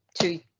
two